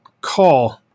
call